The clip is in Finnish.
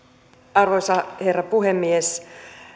arvoisa herra puhemies